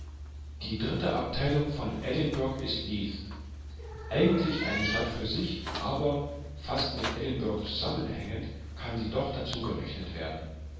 die dritte abteilung von edinburgh ist leith eigentlich eine stadt für sich aber fast mit edinburgh zusammenhängend kann sie doch dazugerechnet werden